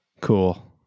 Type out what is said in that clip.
Cool